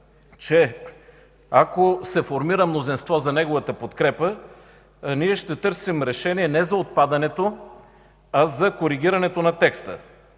че ако се формира мнозинство за неговата подкрепа, ние ще търсим решение не за отпадането, а за коригирането на текста